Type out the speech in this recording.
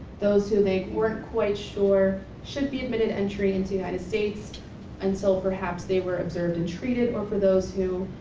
those who they weren't quite sure should be admitted entry into the united states until perhaps they were observed and treated, or for those who